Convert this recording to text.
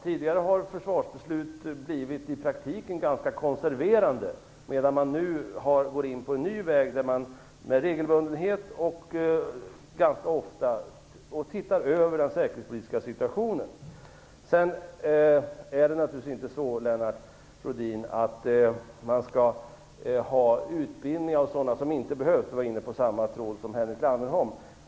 Tidigare försvarsbeslut har i praktiken blivit ganska konserverande, medan man nu går in på en ny väg, där man med regelbundenhet, ganska ofta, ser över den säkerhetspolitiska situationen. Sedan är det naturligtvis inte så, Lennart Rohdin, att man skall ha utbildning av sådana som inte behövs - det var samma tråd som Henrik Landerholm var inne på.